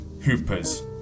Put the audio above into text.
Hoopers